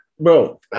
bro